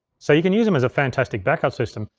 so you can use em as a fantastic backup system.